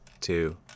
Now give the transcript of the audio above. two